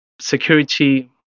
security